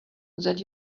that